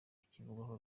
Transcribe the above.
ntikivugwaho